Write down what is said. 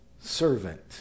servant